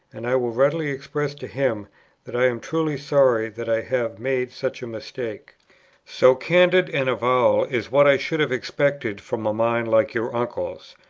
and i will readily express to him that i am truly sorry that i have made such a mistake so candid an avowal is what i should have expected from a mind like your uncle's.